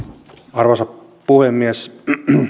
arvoisa puhemies